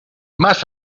más